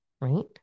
Right